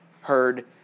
heard